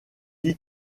dis